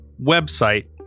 website